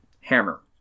hammer